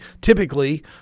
typically